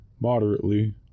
moderately